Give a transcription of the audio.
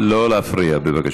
לא להפריע, בבקשה.